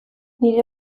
nire